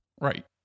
Right